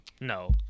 No